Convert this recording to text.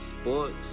sports